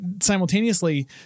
simultaneously